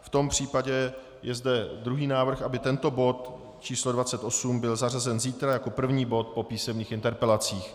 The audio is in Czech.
V tom případě je zde druhý návrh, aby tento bod číslo 28 byl zařazen zítra jako první bod po písemných interpelacích.